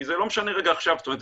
כי זה לא משנה רגע עכשיו זאת אומרת,